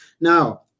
Now